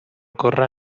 corre